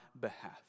behalf